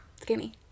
skinny